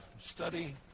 study